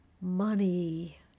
money